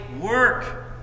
work